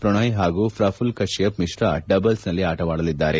ಪ್ರಣಯ್ ಹಾಗೂ ಪ್ರಘುಲ್ ಕಶ್ಲಪ್ ಮಿಶ್ರ ಡಬಲ್ಪಿನಲ್ಲಿ ಆಟವಾಡಲಿದ್ದಾರೆ